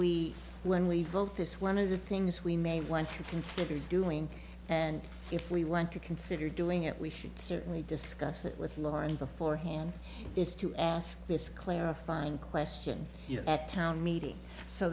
we when we vote this one of the things we may want to consider doing and if we want to consider doing it we should certainly discuss it with law and before him is to ask this clarifying question at town meeting so